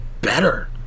better